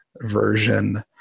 version